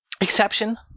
Exception